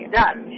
done